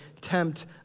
tempt